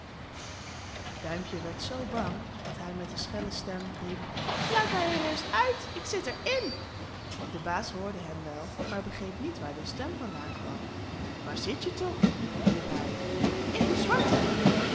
duimpje werd z bang dat hij met een schelle stem riep laat mij er eerst uit ik zit er in de baas hoorde hem wel maar begreep niet waar de stem van daan kwam waar zit je toch riep hij in de zwarte